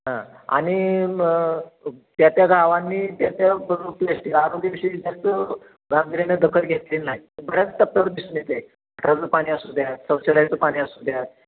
हां आणि मग त्या त्या गावांनी त्या त्या प्लॅश्टिक आरोग्याविषयी जास्त गांभीर्यानं दखल घेतली नाही बऱ्याच टप्प्यावर दिसून येत आहे पाणी असू द्या शौचालयाचं पाणी असू द्या